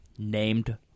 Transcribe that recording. Named